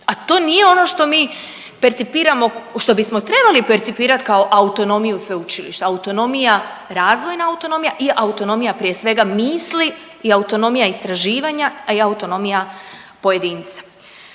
a to nije ono što mi percipiramo, što bismo trebali percipirati kao autonomiju sveučilišta. Autonomija, razvojna autonomija i autonomija prije svega, misli i autonomija istraživanja, a i autonomija pojedinca.